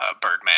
Birdman